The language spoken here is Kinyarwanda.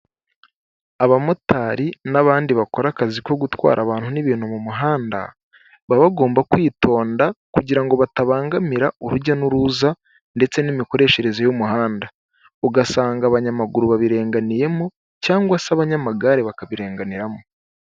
Abamotari n'abandi bakora akazi ko gutwara abantu n'ibintu mu muhanda, baba bagomba kwitonda kugira ngo batabangamira urujya n'uruza ndetse n'imikoreshereze y'umuhanda, ugasanga abanyamaguru babirenganiyemo cyangwa se abanyamagare bakabirenganiramo.